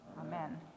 Amen